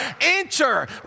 enter